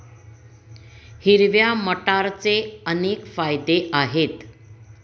हिरव्या मटारचे अनेक फायदे आहेत